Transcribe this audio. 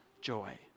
joy